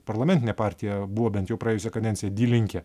parlamentinė partija buvo bent jau praėjusią kadenciją dy linke